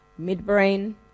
midbrain